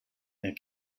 near